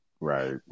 Right